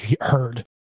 heard